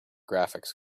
graphics